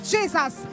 Jesus